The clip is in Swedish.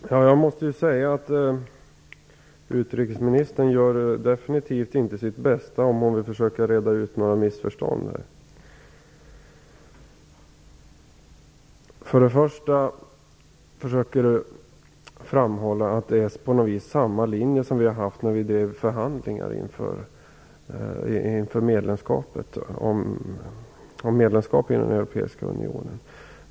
Fru talman! Jag måste säga att utrikesministern definitivt inte gör sitt bästa om hon vill försöka reda ut missförstånd. Hon försöker framhålla att det är samma linje som vi hade när vi drev förhandlingar inför medlemskap i den europeiska unionen.